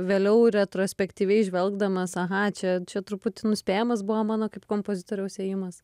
vėliau retrospektyviai žvelgdamas aha čia čia truputį nuspėjamas buvo mano kaip kompozitoriaus ėjimas